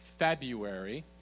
February